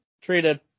Treated